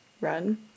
run